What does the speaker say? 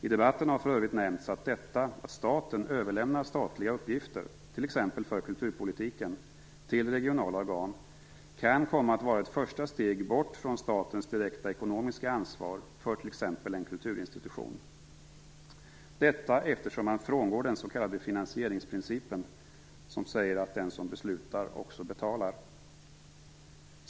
I debatten har för övrigt nämnts att detta att staten överlämnar statliga uppgifter, t.ex. för kulturpolitiken, till regionala organ kan komma att vara ett första steg bort från statens direkta ekonomiska ansvar för t.ex. en kulturinstitution - detta eftersom man frångår den s.k. finansieringsprincipen, som säger att den som beslutar också betalar.